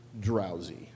drowsy